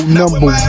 number